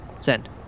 Send